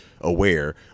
aware